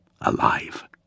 alive